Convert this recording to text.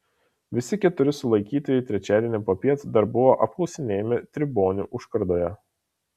visi keturi sulaikytieji trečiadienį popiet dar buvo apklausinėjami tribonių užkardoje